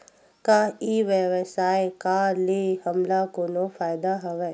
का ई व्यवसाय का ले हमला कोनो फ़ायदा हवय?